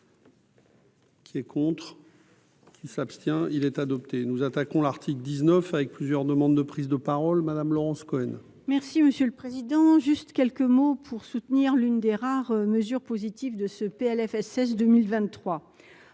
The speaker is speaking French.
Qui est contre qui s'abstient, il est adopté, nous attaquons l'article 19 avec plusieurs demandes de prise de parole Madame Laurence Cohen. Merci Monsieur le Président, juste quelques mots pour soutenir l'une des rares mesures positives de ce Plfss 2023